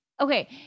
Okay